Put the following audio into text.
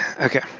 Okay